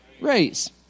Raise